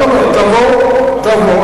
אדרבה, תבוא.